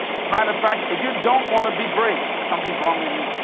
matter of fact, if you don't want to be great, something's wrong with you.